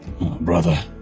brother